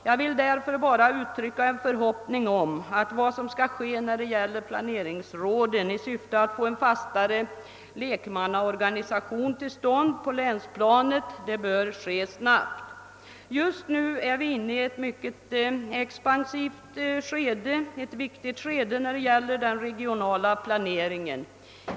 Jag vill därför bara uttrycka en förhoppning om att vad som skall ske när det gäller planeringsråden i syfte att få till stånd en fastare lekmannaorganisation på länsplanet bör ske snabbt. Just nu är vi inne i ett mycket expansivt och viktigt skede vad beträffar den regionala planeringen.